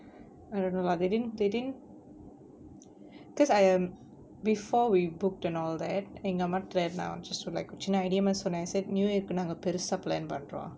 I don't know lah they didn't they didn't cause I am before we booked and all that எங்க அம்மாட்ட நா:enga ammaatta naa just one like சின்ன:chinna idea மாரி சொன்னேன்:maari sonnaen new year நாங்க பெருசா:nanga perusa plan பண்றோம்:panrom